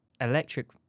electric